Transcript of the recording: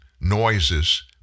noises